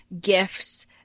gifts